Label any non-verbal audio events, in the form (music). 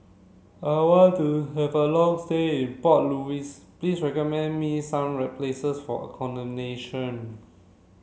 I want to have a long stay in Port Louis please recommend me some (unintelligible) places for accommodation